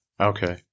Okay